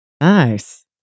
Nice